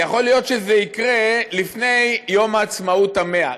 ויכול להיות שזה יקרה לפני יום העצמאות ה-100.